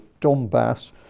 Donbass